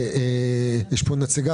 יש פה נציגה,